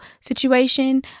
situation